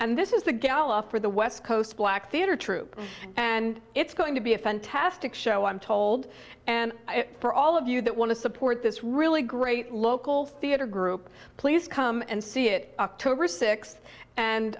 and this is the gala for the west coast black theater troupe and it's going to be a fantastic show i'm told and for all of you that want to support this really great local theater group please come and see it october sixth and